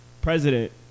president